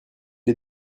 est